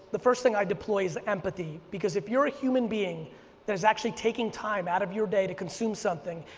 the first thing i deploy is empathy, because if you're a human being that is actually taking time out of your day to consume something,